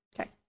Okay